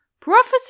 Prophecy